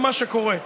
מה שקורה פה.